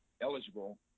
eligible